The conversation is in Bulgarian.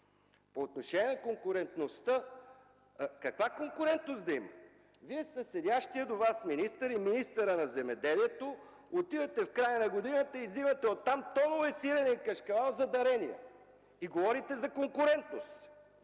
По отношение на конкурентността. Каква конкурентност да има? Вие със седящия до Вас министър и министъра на земеделието и храните отивате в края на годината и взимате оттам тонове сирене и кашкавал за дарения – и говорите за конкурентност!